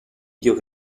dio